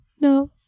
No